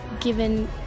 given